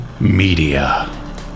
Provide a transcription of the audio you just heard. Media